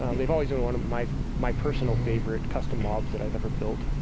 um they've always been one of my my personal favorite custom mobs that i've ever built.